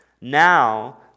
now